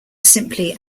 simply